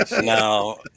No